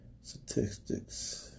statistics